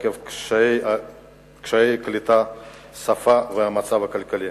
עקב קשיי קליטה ושפה והמצב הכלכלי.